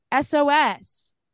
SOS